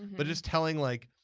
but just telling like,